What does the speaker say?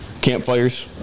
Campfires